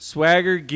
Swagger